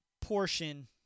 portion